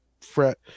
fret